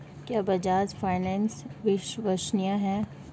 क्या बजाज फाइनेंस विश्वसनीय है?